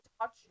touch